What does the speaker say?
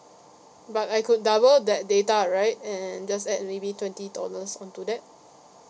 but I could double that data right and just add maybe twenty dollars on to that